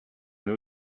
nous